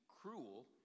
cruel